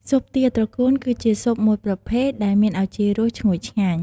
ស៊ុបទាត្រកួនគឺជាស៊ុបមួយប្រភេទដែលមានឱជារសឈ្ងុយឆ្ងាញ់។